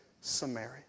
Samaria